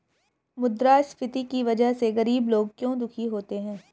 मुद्रास्फीति की वजह से गरीब लोग क्यों दुखी होते हैं?